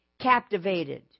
captivated